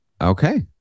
Okay